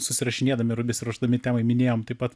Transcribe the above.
susirašinėdami ir besiruošdami temai minėjom taip pat